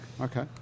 Okay